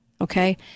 Okay